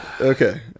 Okay